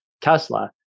Tesla